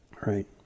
Right